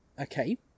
okay